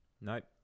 Nope